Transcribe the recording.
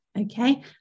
Okay